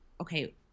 okay